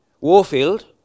Warfield